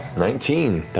nineteen,